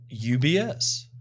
UBS